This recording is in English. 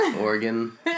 Oregon